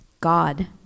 God